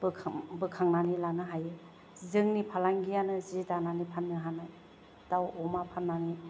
बोखां बोखांनानै लानो हायो जोंनि फालांगियानो जि दानानै फान्नो हानाय दाउ अमा फान्नानै